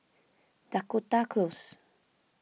Dakota Close